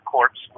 Corps